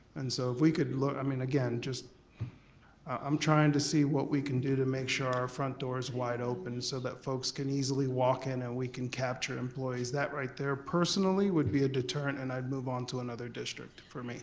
and so if we could look, i mean again, i'm tryin' to see what we can do to make sure our front door's wide open so that folks can easily walk in and we can capture employees. that right there personally would be a deterrent and i'd move on to another district, for